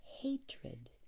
hatred